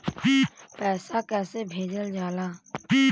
पैसा कैसे भेजल जाला?